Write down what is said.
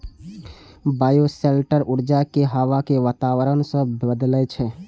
bioshelter ऊर्जा कें हवा के वातावरण सं बदलै छै